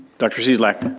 dr. sizlak.